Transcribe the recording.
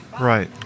Right